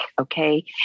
okay